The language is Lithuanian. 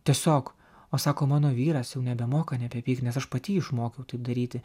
tiesiog o sako mano vyras jau nebemoka nebepykt nes aš pati jį išmokiau taip daryti